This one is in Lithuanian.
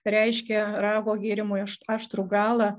reiškia rago gėrimui aš aštrų galą